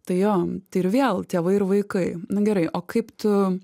tai jo tai ir vėl tėvai ir vaikai nu gerai o kaip tu